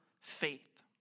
faith